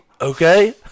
okay